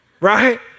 Right